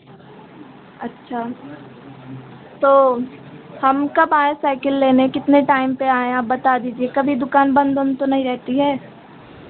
अच्छा तो हम कब आयें साइकिल लेने कितने टाइम पर आयें आप बता दीजिये कभी दुकान बंद वंद तो नहीं रहती है